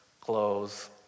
clothes